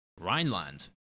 Rhineland